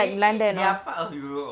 it it they are part of europe